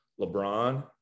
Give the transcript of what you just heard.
LeBron